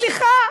סליחה.